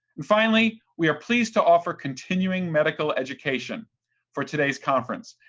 and finally, we are pleased to offer continuing medical education for today's conference.